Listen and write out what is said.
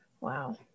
Wow